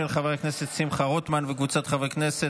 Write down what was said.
עברה בקריאה הטרומית ותעבור לוועדת חוקה,